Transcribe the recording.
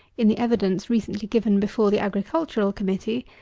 in the evidence recently given before the agricultural committee,